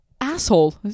Asshole